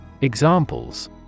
Examples